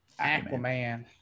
Aquaman